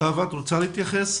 חוה, את רוצה להתייחס?